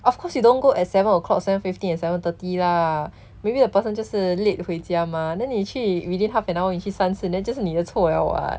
of course you don't go at seven o'clock seven fifteen and seven thirty lah maybe the person 就是 late 回家 mah then 你去 within half an hour 你去三次 then 就是你的错了 [what]